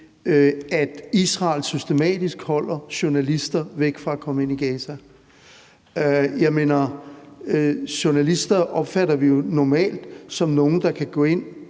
at Israel systematisk holder journalister væk fra at komme ind i Gaza? Jeg mener: Journalister opfatter vi jo normalt som nogle, der kan gå ind